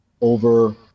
over